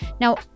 Now